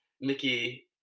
Mickey